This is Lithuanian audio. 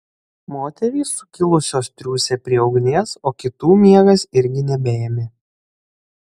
moterys sukilusios triūsė prie ugnies o kitų miegas irgi nebeėmė